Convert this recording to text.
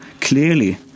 clearly